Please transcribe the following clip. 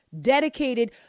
dedicated